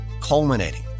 culminating